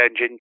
engine